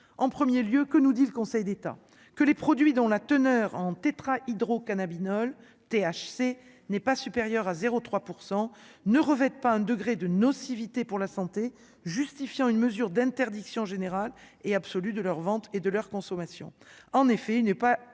en 1er lieu que nous dit le Conseil d'État que les produits dont la teneur en tétrahydrocannabinol, THC n'est pas supérieur à 0 3 pour 100 ne revêtent pas un degré de nocivité pour la santé, justifiant une mesure d'interdiction générale et absolue de leurs ventes et de leur consommation, en effet, il n'est pas,